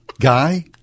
Guy